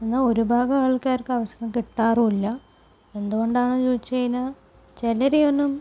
എന്നാ ഒരു ഭാഗം ആൾക്കാർക്ക് അവസരം കിട്ടാറുമില്ല എന്തുകൊണ്ടാണെന്ന് ചോദിച്ചു കഴിഞ്ഞാൽ ചിലരെ ഒന്നും